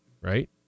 right